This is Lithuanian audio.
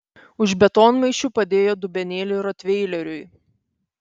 už betonmaišių padėjo dubenėlį rotveileriui